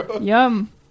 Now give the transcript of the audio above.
Yum